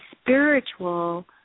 spiritual